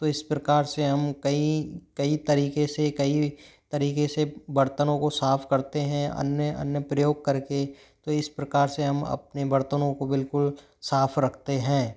तो इस प्रकार से हम कई कई तरीके से कई तरीके से बर्तनों को साफ करते हैं अन्य अन्य प्रयोग करके तो इस प्रकार से हम अपने बर्तनों को बिल्कुल साफ रखते हैं